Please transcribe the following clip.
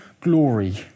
glory